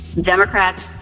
Democrats